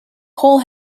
coal